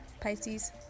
Pisces